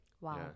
Wow